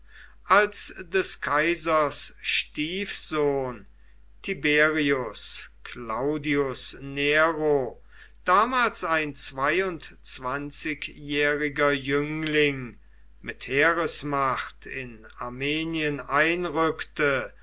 als des kaisers stiefsohn tiberius claudius nero damals ein zweijähriger jüngling mit heeresmacht in armenien einrückte